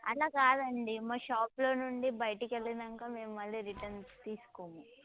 అలా కాదండి మా షాప్లో నుండి బయటికెళ్ళినంక మేము మళ్ళీ రిటర్న్ తీసుకోము